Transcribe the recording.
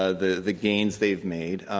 ah the the gains they've made,